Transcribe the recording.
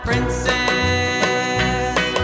Princess